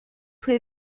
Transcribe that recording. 推翻